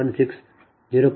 2916 0